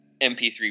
MP3